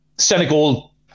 Senegal